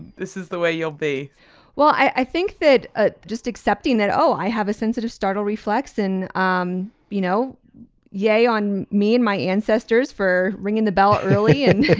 this is the way you'll be well i think that ah just accepting that oh i have a sensitive startle reflex and um you know yay on me and my ancestors for ringing the ballot really in